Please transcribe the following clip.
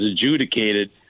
adjudicated